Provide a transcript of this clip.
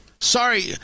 Sorry